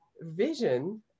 vision